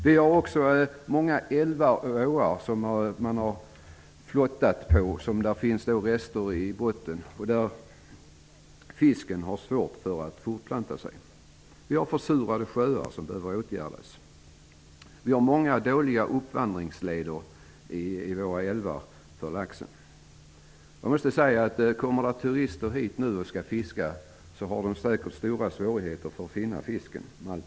Det finns också många älvar och åar som har använts för flottning där fiskarna nu har svårt att fortplanta sig. Det finns försurade sjöar som behöver åtgärdas. Det finns många dåliga uppvandringsleder i älvarna för laxen. Om det kommer turister hit för att fiska, kommer de att ha stora svårigheter att finna fisken.